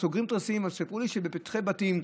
סיפרו לי שבפתחי בתים,